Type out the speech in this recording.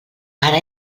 ara